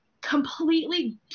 Completely